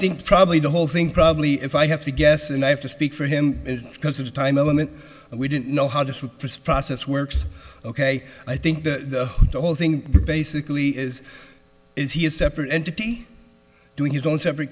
think probably the whole thing probably if i have to guess and i have to speak for him is because of the time element and we didn't know how this was for spross works ok i think the whole thing basically is is he a separate entity doing his own separate